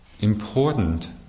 important